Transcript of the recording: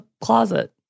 closet